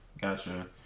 gotcha